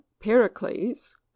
Pericles